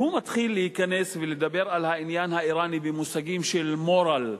והוא מתחיל להיכנס ולדבר על העניין האירני במושגים של moral,